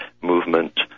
movement